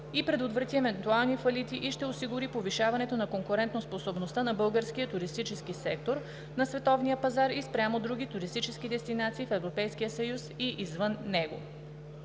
и предотврати евентуални фалити и ще осигури повишаването на конкурентоспособността на българския туристически сектор на световния пазар и спрямо други туристически дестинации в Европейския съюз и извън него.